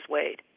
Wade